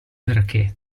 perché